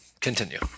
Continue